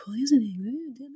poisoning